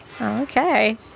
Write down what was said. Okay